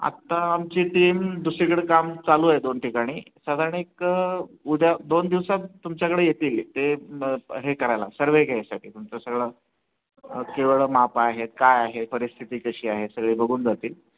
आत्ता आमची टीम दुसरीकडे काम चालू आहे दोन ठिकाणी साधारण एक उद्या दोन दिवसात तुमच्याकडे येतील ते हे करायला सर्वे घ्यायसाठी तुमचं सगळं केवळं माप आहेत काय आहे परिस्थिती कशी आहे सगळे बघून जातील